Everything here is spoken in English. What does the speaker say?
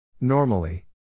Normally